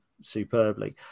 superbly